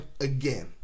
again